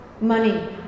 money